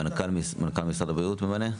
מנכ"ל משרד הבריאות ממנה?